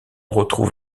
retrouve